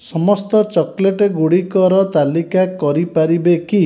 ସମସ୍ତ ଚକୋଲେଟ୍ ଗୁଡ଼ିକର ତାଲିକା କରିପାରିବେ କି